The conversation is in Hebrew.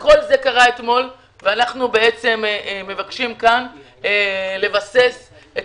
כל זה קרה אתמול ואנחנו מבקשים כאן לבסס גם כאן בוועדה את